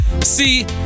See